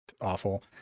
awful